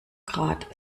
grad